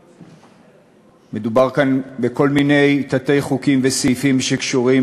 מדובר כאן בכל מיני תתי-סעיפים שקשורים